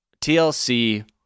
TLC